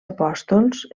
apòstols